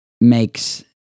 makes